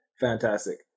fantastic